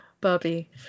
Bobby